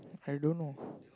I don't know